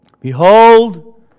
Behold